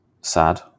sad